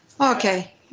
Okay